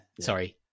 Sorry